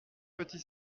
petit